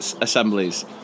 assemblies